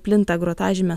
plinta grotažymė